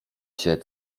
się